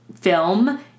film